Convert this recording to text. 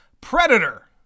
Predator